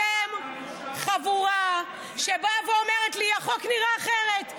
אתם חבורה שבאה ואומרת לי: החוק נראה אחרת.